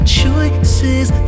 choices